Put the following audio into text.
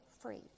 free